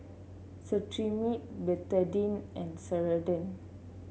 Cetrimide Betadine and Ceradan